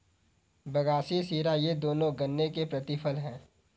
बगासी शीरा ये दोनों गन्ने के प्रतिफल हैं